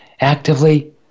actively